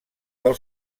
del